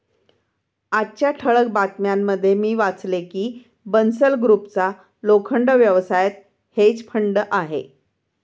आजच्या ठळक बातम्यांमध्ये मी वाचले की बन्सल ग्रुपचा लोखंड व्यवसायात हेज फंड आहे